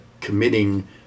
committing